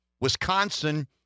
Wisconsin